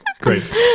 Great